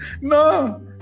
No